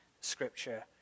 scripture